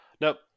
Nope